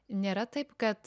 nėra taip kad